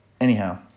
anyhow